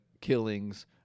killings